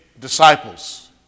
disciples